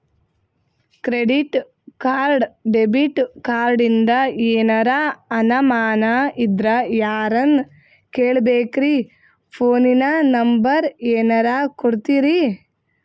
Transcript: Credit card, debit ಕಾರ್ಡಿಂದ ಏನರ ಅನಮಾನ ಇದ್ರ ಯಾರನ್ ಕೇಳಬೇಕ್ರೀ, ಫೋನಿನ ನಂಬರ ಏನರ ಕೊಡ್ತೀರಿ?